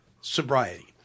sobriety